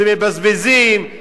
שמבזבזים,